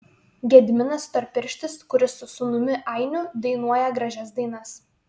gediminas storpirštis kuris su sūnumi ainiu dainuoja gražias dainas